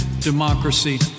democracy